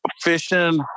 fishing